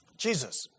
Jesus